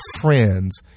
friends